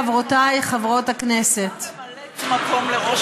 חברותיי חברות הכנסת הייתה ממלאת מקום לראש